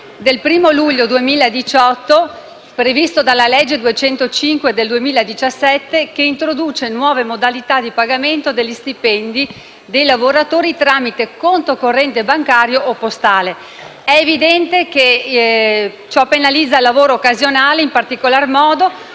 del 1° luglio 2018, previsto dalla legge 27 dicembre 2017, n. 205, che introduce nuove modalità di pagamento degli stipendi dei lavoratori tramite conto corrente bancario o postale. È evidente che ciò penalizza in particolare il lavoro